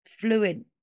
fluid